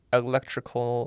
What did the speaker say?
electrical